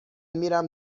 میرم